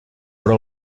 però